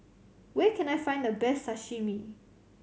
where can I find the best Sashimi